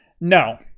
No